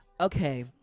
okay